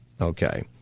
okay